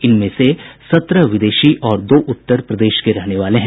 इनमें से सत्रह विदेशी और दो उत्तर प्रदेश के रहने वाले हैं